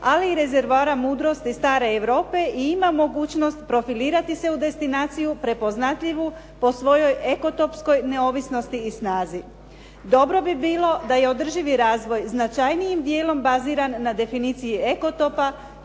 ali i rezervoara mudrosti stare Europe i ima mogućnost profilirati se u destinaciju prepoznatljivu po svojoj eko topskoj neovisnosti i snazi. Dobro bi bilo da je održivi razvoj značajnijim djelom baziran na definiciji eko topa